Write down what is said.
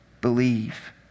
believe